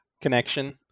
connection